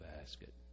basket